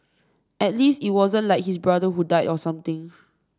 at least it wasn't like his brother who died or something